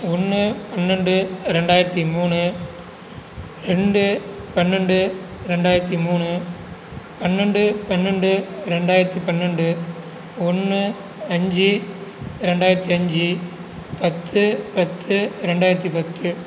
ஒன்று பன்னெண்டு ரெண்டாயிரத்து மூணு ரெண்டு பன்னெண்டு ரெண்டாயிரத்து மூணு பன்னெண்டு பன்னெண்டு ரெண்டாயிரத்து பன்னெண்டு ஒன்று அஞ்சு ரெண்டாயிரத்தி அஞ்சு பத்து பத்து ரெண்டாயிரத்து பத்து